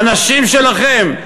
האנשים שלכם,